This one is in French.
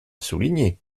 souligné